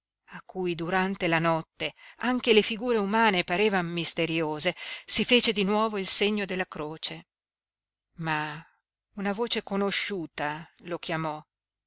a cui durante la notte anche le figure umane parevan misteriose si fece di nuovo il segno della croce ma una voce conosciuta lo chiamò